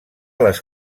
les